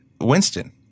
Winston